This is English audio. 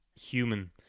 human